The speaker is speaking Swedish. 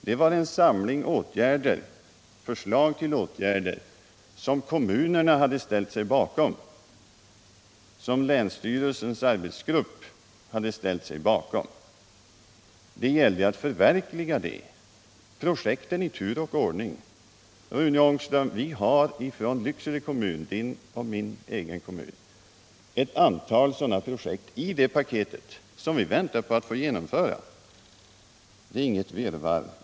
Det var en samling förslag till åtgärder som kommunerna och länsstyrelsens arbetsgrupp hade ställt sig bakom. Det gällde att förverkliga de projekten i tur och ordning. Vi har från Lycksele kommun. Rune Ångströms och min egen kommun, ett antal sådana projekt i det paketet som vi väntar på att få genomföra. Det är inget virrvarr.